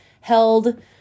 held